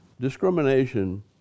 Discrimination